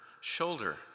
shoulder